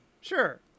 sure